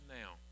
now